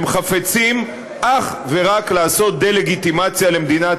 הם חפצים אך ורק לעשות דה-לגיטימציה למדינת